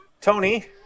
Tony